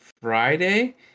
Friday